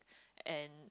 and